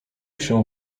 się